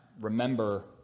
remember